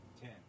Ten